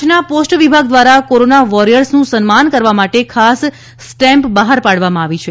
કચ્છના પોસ્ટ વિભાગ દ્વારા કોરોના વોરિયર્સનું સન્માન કરવા માટે ખાસ સ્ટેમ્પ બહાર પાડવામાં આવી છે